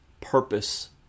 purpose